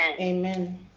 Amen